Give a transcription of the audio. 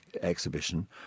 exhibition